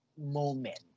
moment